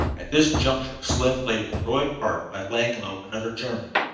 at this juncture slim played a heroic part by laying low another german.